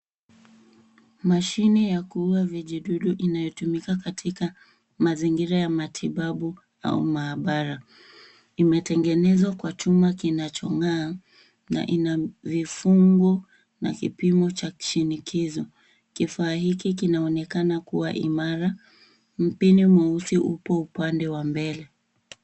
Mashine ya kuua vijidudu inayo tumika katika mazingira ya matibabu au maabara. Imetengenezwa kwa chuma kinacho ng'aa ina vifungu na kipimo cha chini. Kifaa hiki kinaonekana imara. Mpi mweusi aonekane upande wa mbele.